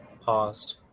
paused